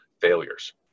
failures